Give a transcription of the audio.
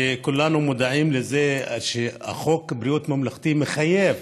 כולנו מודעים לזה שחוק בריאות ממלכתי מחייב